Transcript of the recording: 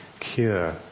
cure